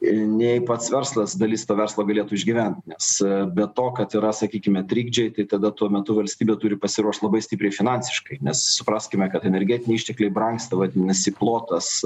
nei pats verslas dalis to verslo galėtų išgyvent nes be to kad yra sakykime trikdžiai tai tada tuo metu valstybė turi pasiruošt labai stipriai finansiškai nes supraskime kad energetiniai ištekliai brangsta vadinasi plotas